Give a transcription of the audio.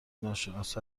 ناشناس